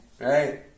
Right